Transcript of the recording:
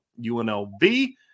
UNLV